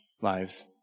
lives